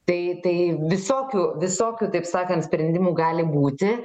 tai tai visokių visokių taip sakant sprendimų gali būti